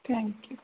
thank U